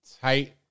tight